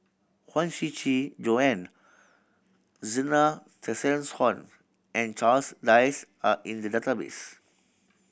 Huang Shiqi Joan Zena Tessensohn and Charles Dyce are in the database